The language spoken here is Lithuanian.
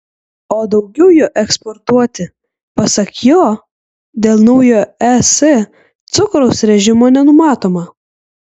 o daugiau jo eksportuoti pasak jo dėl naujojo es cukraus režimo nenumatoma